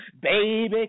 Baby